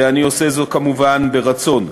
ואני עושה זאת, כמובן, ברצון.